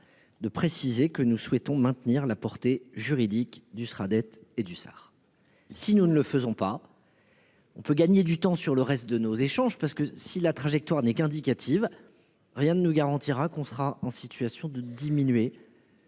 De préciser que nous souhaitons maintenir la portée juridique du Sraddet tu et Dussart. Si nous ne le faisons pas. On peut gagner du temps sur le reste de nos échanges, parce que si la trajectoire n'est qu'indicative. Rien ne nous garantira qu'on sera en situation de diminuer.